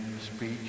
speech